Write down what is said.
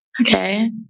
Okay